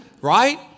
right